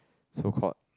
so called